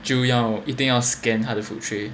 就要一定要 scan 他的 food tray